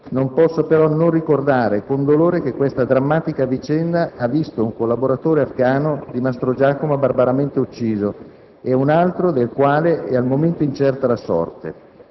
Non posso però non ricordare con dolore che questa drammatica vicenda ha visto un collaboratore afghano di Mastrogiacomo barbaramente ucciso e un altro del quale è al momento incerta la sorte.